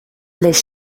les